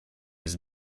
his